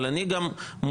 אבל אני גם מודאג,